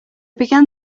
began